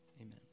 Amen